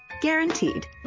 Guaranteed